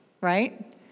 right